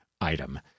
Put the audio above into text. item